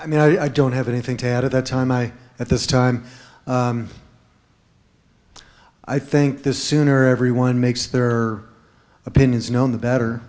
i mean i don't have anything to add at that time i at this time i think the sooner everyone makes their opinions known the better